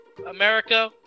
America